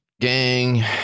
gang